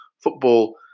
football